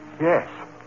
Yes